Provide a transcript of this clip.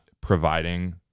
providing